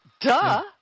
duh